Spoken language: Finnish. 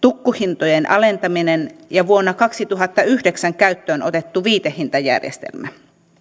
tukkuhintojen alentaminen ja vuonna kaksituhattayhdeksän käyttöön otettu viitehintajärjestelmä